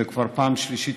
זאת כבר פעם שלישית,